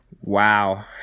Wow